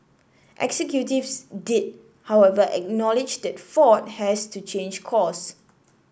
executives did however acknowledge that Ford has to change course